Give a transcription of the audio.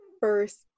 first